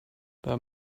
there